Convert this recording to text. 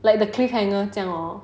like the cliffhanger 这样 hor